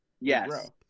yes